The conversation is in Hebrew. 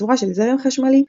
בצורה של זרם חשמלי,